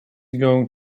going